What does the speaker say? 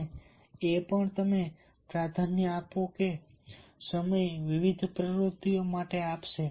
અને એ પણ તમે પ્રાધાન્ય આપો કે સમય વિવિધ પ્રવૃત્તિઓ માટે આપશે